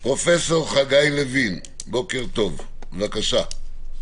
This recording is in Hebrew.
פרופ' חגי לוין, בוקר טוב, בבקשה.